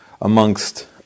amongst